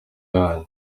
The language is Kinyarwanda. yanyu